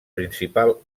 principal